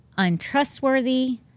untrustworthy